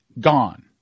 gone